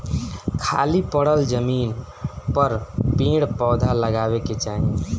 खाली पड़ल जमीन पर पेड़ पौधा लगावे के चाही